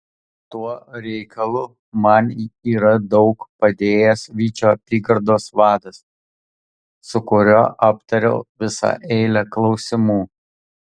tuo reikalu man yra daug padėjęs vyčio apygardos vadas su kuriuo aptariau visą eilę klausimų